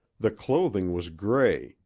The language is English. the clothing was gray,